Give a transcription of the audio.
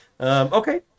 Okay